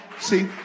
see